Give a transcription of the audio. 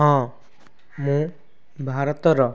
ହଁ ମୁଁ ଭାରତର